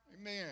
Amen